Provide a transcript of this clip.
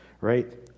Right